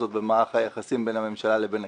במערך היחסים בין הממשלה לבין הכנסת.